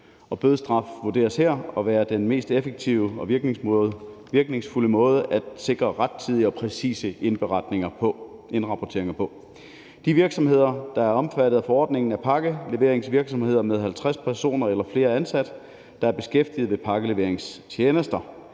bødestraf vurderes her at være den mest effektive og virkningsfulde måde at sikre rettidig og præcise indrapporteringer på. De virksomheder, der er omfattet af forordningen, er pakkeleveringsvirksomheder med 50 personer eller flere ansat, der er beskæftiget ved pakkeleveringstjenester.